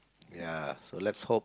ya so let's hope